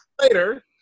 later